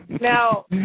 Now